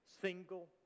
single